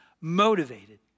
motivated